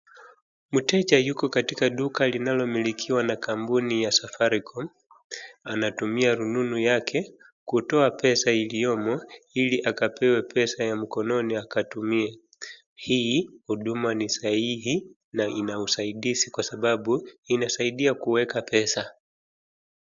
Mteja yuko katika duka linalomilikiwa na kampuni ya Safaricom. Anatumia rununu yake kutoa pesa iliyoomo ili akapewa pesa ya mkononi akatumie. Hii huduma ni sahihi na ina usaidizi kwa sababu inasaidia kueka pesa.